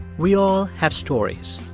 we all have stories,